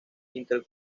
intel